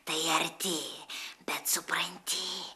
tai arti bet supranti